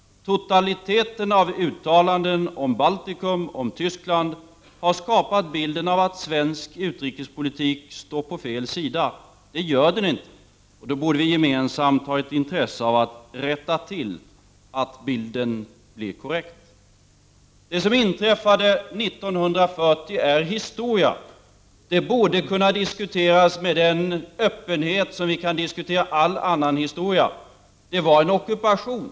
Totaliteten av uttalanden om Baltikum och om Tyskland har skapat bilden av att svensk utrikespolitik står på fel sida. Det gör den inte. Och då borde vi ha ett gemensamt intresse av att rätta till detta så att bilden blir korrekt. Det som inträffade 1940 är historia. Det borde kunna diskuteras med den öppenhet med vilken vi kan diskutera all annan historia. Det var en ockupation.